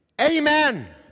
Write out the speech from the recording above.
Amen